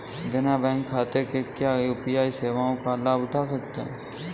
बिना बैंक खाते के क्या यू.पी.आई सेवाओं का लाभ उठा सकते हैं?